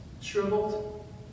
shriveled